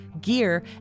gear